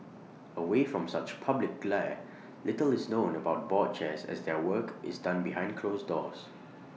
away from such public glare little is known about board chairs as their work is done behind closed doors